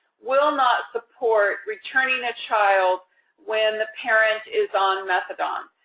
will not support returning a child when the parent is on methadone.